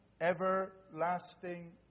everlasting